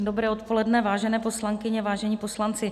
Dobré odpoledne, vážené poslankyně, vážení poslanci.